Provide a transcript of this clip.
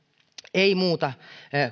ei muuta